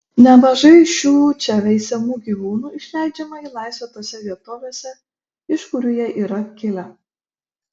nemažai šių čia veisiamų gyvūnų išleidžiama į laisvę tose vietovėse iš kurių jie yra kilę